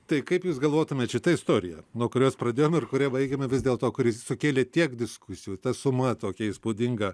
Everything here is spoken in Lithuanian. tai kaip jūs galvotumėt šita istorija nuo kurios pradėjom ir kuria baigiame vis dėl to kuris sukėlė tiek diskusijų ta suma tokia įspūdinga